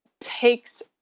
takes